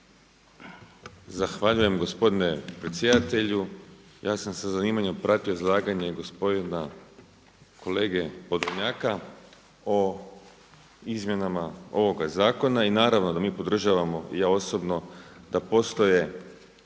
Zahvaljujem gospodine predsjedatelju. Ja sam sa zanimanjem pratio izlaganje gospodina kolege Podolnjaka o izmjenama ovoga zakona. I naravno da mi podržavamo i ja osobno da postoje